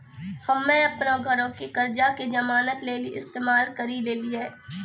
हम्मे अपनो घरो के कर्जा के जमानत लेली इस्तेमाल करि लेलियै